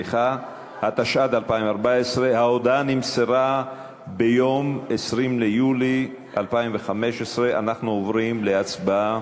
התשע"ד 2014. ההודעה נמסרה ביום 20 ביולי 2015. אנחנו עוברים להצבעה.